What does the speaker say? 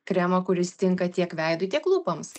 kremą kuris tinka tiek veidui tiek lūpoms